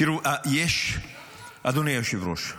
אדוני היושב-ראש,